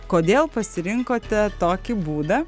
kodėl pasirinkote tokį būdą